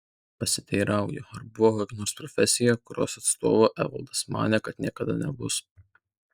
pasiteirauju ar buvo kokia nors profesija kurios atstovu evaldas manė kad niekada nebus